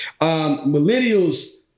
Millennials